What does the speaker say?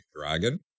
dragon